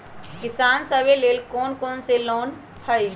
किसान सवे लेल कौन कौन से लोने हई?